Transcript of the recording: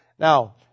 Now